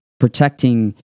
protecting